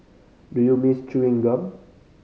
do you miss chewing gum